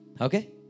Okay